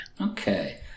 Okay